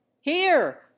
Here